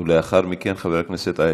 ולאחר מכן, חבר הכנסת אייכלר.